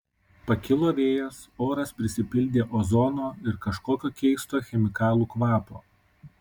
pakilo vėjas oras prisipildė ozono ir kažkokio keisto chemikalų kvapo